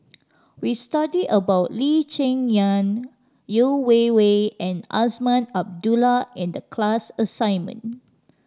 we studied about Lee Cheng Yan Yeo Wei Wei and Azman Abdullah in the class assignment